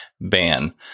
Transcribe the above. ban